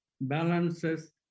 balances